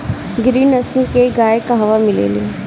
गिरी नस्ल के गाय कहवा मिले लि?